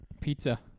Pizza